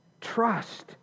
Trust